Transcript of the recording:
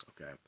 okay